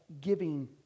giving